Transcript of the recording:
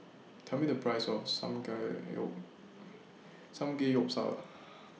Tell Me The Price of Samgeyopsal